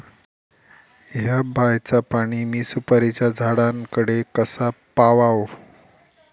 हया बायचा पाणी मी सुपारीच्या झाडान कडे कसा पावाव?